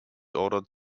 ordered